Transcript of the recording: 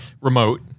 remote